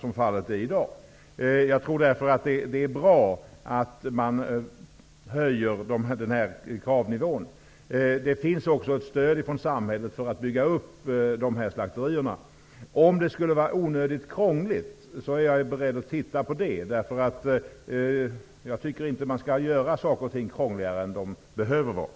Jag tror därför att det är bra att vi höjer kravnivån. Det finns också ett stöd från samhället för att bygga upp slakterierna. Om det skulle vara onödigt krångligt är jag beredd att undersöka saken. Jag tycker inte att man skall göra saker krångligare än de behöver vara.